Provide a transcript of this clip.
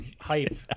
hype